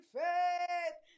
faith